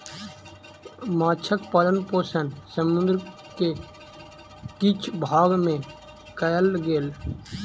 माँछक पालन पोषण समुद्र के किछ भाग में कयल गेल